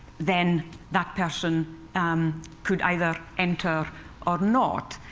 then that person could either enter or not.